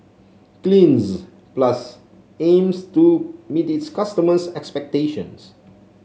Cleanz Plus aims to meet its customers' expectations